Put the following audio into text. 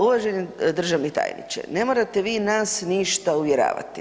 Uvaženi državni tajniče ne morate vi nas ništa uvjeravati.